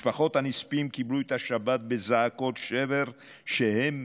משפחות הנספים קיבלו את השבת בזעקות שבר כשהן